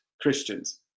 Christians